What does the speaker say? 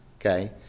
Okay